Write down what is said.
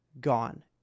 gone